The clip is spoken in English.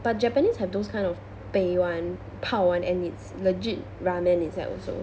but japanese have those kind of 杯 [one] 泡 one and it's legit ramen inside also